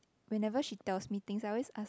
whenever she tells me things I always ask